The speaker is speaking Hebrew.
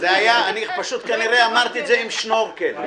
אני פשוט כנראה אמרתי את זה עם שנורקל.